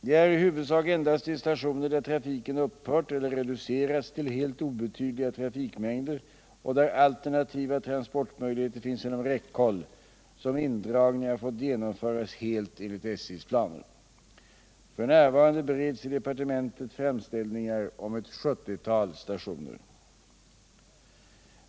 Det är i huvudsak endast vid stationer där trafiken upphört eller reducerats till helt obetydliga trafikmängder och där alternativa transportmöjligheter finns inom räckhåll, som indragningar fått genomföras helt enligt SJ:s planer. F. n. bereds i departementet framställningar om ett 70-tal stationer.